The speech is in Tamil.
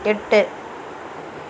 எட்டு